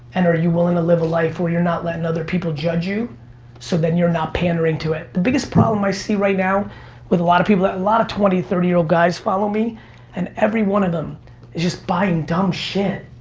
and are you willing to live a life where you're not lettin' other people judge you so then you're not pandering to it. the biggest problem i see right now with a lot of people, a lot of twenty, thirty year old guys follow me and every one of them is just buying dumb shit.